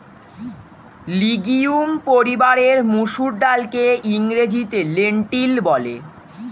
legume পরিবারের মুসুর ডালকে ইংরেজিতে লেন্টিল বলে